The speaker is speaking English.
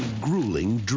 grueling